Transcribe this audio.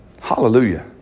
Hallelujah